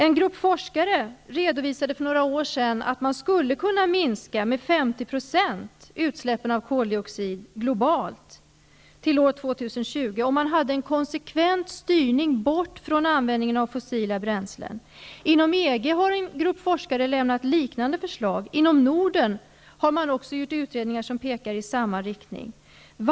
En grupp forskare redovisade för några år sedan att det skulle vara möjligt att minska koldioxidutsläppen globalt med 50 % fram till år 2020, om det fanns en konsekvent styrning bort från användningen av fossila bränslen. Inom EG har en grupp forskare kommit med liknande förslag, och också inom Norden har utredningar gjorts som pekar i samma riktning.